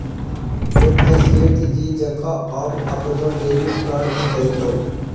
गे माय सेठ जी जकां आब अपनो डेबिट कार्ड भेटितौ